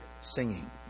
singing